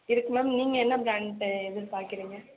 இருக்கு மேம் நீங்கள் என்ன பிராண்ட்டு எதிர்பார்க்குறிங்க